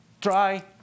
try